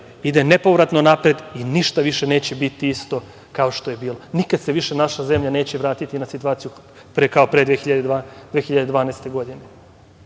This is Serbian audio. ide nepovratno napred, i ništa više neće biti isto kao što je bilo. Nikad se više naša zemlja neće vratiti na situaciju kao pre 2012. godine.